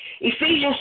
Ephesians